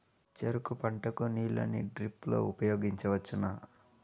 చెరుకు పంట కు నీళ్ళని డ్రిప్ లో ఉపయోగించువచ్చునా?